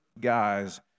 guys